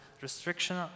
restriction